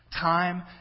time